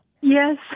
Yes